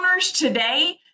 today